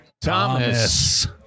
thomas